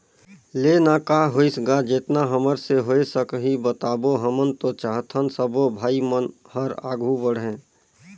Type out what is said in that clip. ले ना का होइस गा जेतना हमर से होय सकही बताबो हमन तो चाहथन सबो भाई मन हर आघू बढ़े